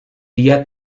dia